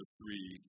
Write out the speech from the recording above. three